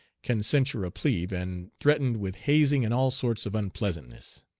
can censure a plebe, and threatened with hazing and all sorts of unpleasantness.